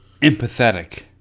empathetic